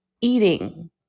eating